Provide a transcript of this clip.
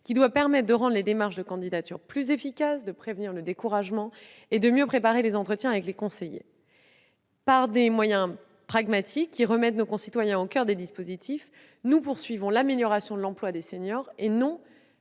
Il doit permettre de rendre les démarches de candidatures plus efficaces, de prévenir le découragement et de mieux préparer les entretiens avec les conseillers. C'est par des moyens pragmatiques, qui remettent nos concitoyens au coeur des dispositifs, que nous poursuivrons l'amélioration de l'emploi des seniors, et non